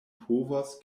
povos